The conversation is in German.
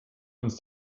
uns